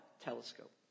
Telescope